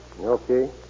Okay